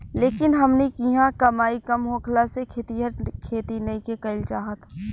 लेकिन हमनी किहाँ कमाई कम होखला से खेतिहर खेती नइखे कईल चाहत